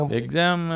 exam